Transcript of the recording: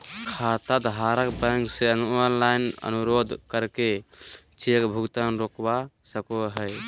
खाताधारक बैंक से ऑनलाइन अनुरोध करके चेक भुगतान रोकवा सको हय